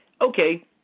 okay